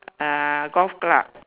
ah golf club